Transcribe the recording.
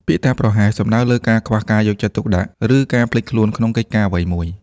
ពាក្យថា «ប្រហែស» សំដៅលើការខ្វះការយកចិត្តទុកដាក់ ឬការភ្លេចខ្លួនក្នុងកិច្ចការអ្វីមួយ។